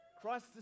Christ